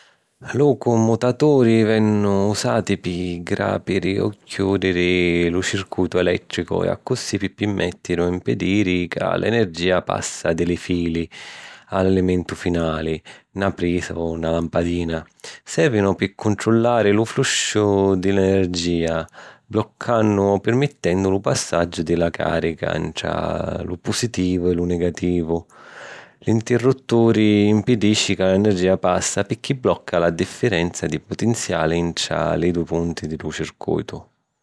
Li cummutaturi vennu usati pi gràpiri o chiùdiri lu circùitu elèttricu e accussì pi pirmettiri o mpedìri ca l’energìa passa di li fili a l’elementu finali, na prisa o na lampadina. Sèrvinu pi cuntrullari lu flusciu di l’energìa, bluccannu o pirmittennu lu passaggiu di la càrica ntra lu pusitivu e lu nigativu. L’interrutturi mpidisci ca l’energia passa, picchì blocca la diffirenza di putinziali ntra li dui punti di lu circùitu.